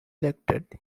elected